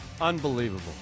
Unbelievable